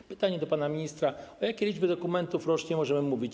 Mam pytanie do pana ministra: O jakiej liczbie dokumentów rocznie możemy mówić?